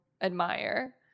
admire